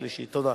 תודה.